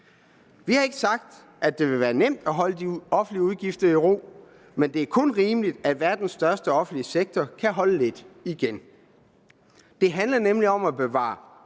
Vi har ikke sagt, at det vil være nemt at holde de offentlige udgifter i ro, men det er kun rimeligt, at verdens største offentlige sektor kan holde lidt igen. Det handler nemlig om at bevare